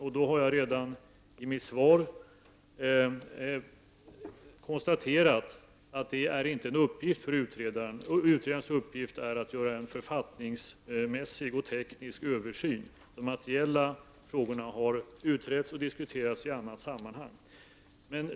I mitt svar har jag konstaterat att detta inte är utredarens uppgift. Utredarens uppgift är att göra en författningsmässig och teknisk översyn. De materiella frågorna har utretts och diskuterats i annat sammanhang.